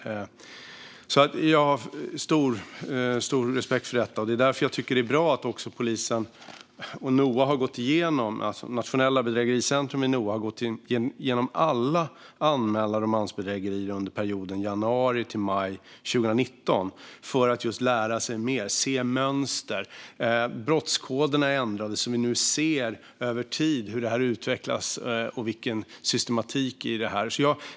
Jag har stor respekt för detta, och det är därför jag tycker att det är bra att polisen och Nationellt bedrägericentrum i Noa har gått igenom alla anmälda romansbedrägerier under perioden januari till maj 2019 för att just lära sig mer och se mönster. Brottskoderna är ändrade, så vi ska nu se över tid hur det här utvecklas och vilken systematik som finns.